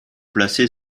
placée